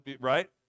right